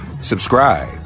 subscribe